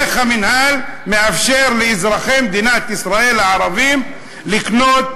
איך המינהל מאפשר לאזרחי מדינת ישראל הערבים לקנות